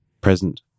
present